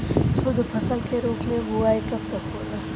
शुद्धफसल के रूप में बुआई कब तक होला?